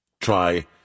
Try